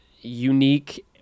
unique